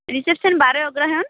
reception বারোই অগ্রহায়ণ